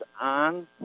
on